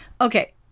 Okay